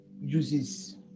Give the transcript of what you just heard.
uses